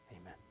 Amen